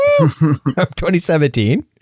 2017